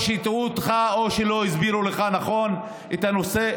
או שהטעו אותך או שלא הסבירו לך נכון את הנושא.